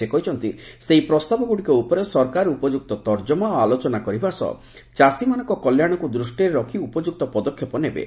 ସେ କହିଛନ୍ତି ସେହି ପ୍ରସ୍ତାବଗୁଡ଼ିକ ଉପରେ ସରକାର ଉପଯୁକ୍ତ ତର୍କମା ଓ ଆଲୋଚନା କରିବା ସହ ଚାଷୀମାନଙ୍କ କଲ୍ୟାଣକୁ ଦୃଷ୍ଟିରେ ରଖି ଉପଯୁକ୍ତ ପଦକ୍ଷେପ ନେବେ